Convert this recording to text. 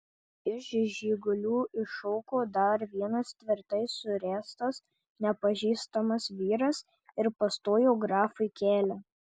iš žigulių iššoko dar vienas tvirtai suręstas nepažįstamas vyras ir pastojo grafui kelią